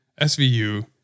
SVU